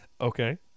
Okay